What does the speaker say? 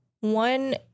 One